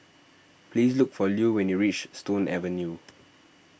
please look for Lue when you reach Stone Avenue